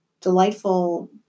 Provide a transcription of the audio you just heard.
delightful